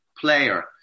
player